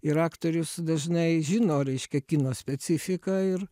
ir aktorius dažnai žino reiškia kino specifiką ir